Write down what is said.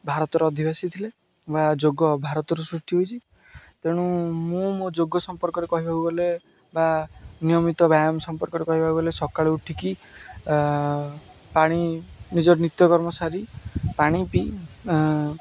ଭାରତର ଅଧିବାସୀ ଥିଲେ ବା ଯୋଗ ଭାରତର ସୃଷ୍ଟି ହୋଇଛି ତେଣୁ ମୁଁ ମୋ ଯୋଗ ସମ୍ପର୍କରେ କହିବାକୁ ଗଲେ ବା ନିୟମିତ ବ୍ୟାୟାମ ସମ୍ପର୍କରେ କହିବାକୁ ଗଲେ ସକାଳୁ ଉଠିକି ପାଣି ନିଜର ନିତ୍ୟକର୍ମ ସାରି ପାଣି ପିଇ